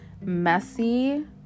messy